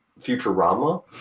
Futurama